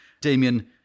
Damien